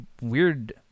weird